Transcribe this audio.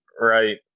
Right